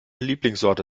lieblingssorte